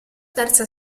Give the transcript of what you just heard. terza